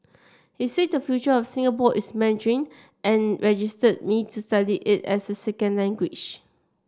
he said the future of Singapore is Mandarin and registered me to study it as a second language